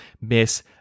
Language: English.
miss